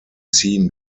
seen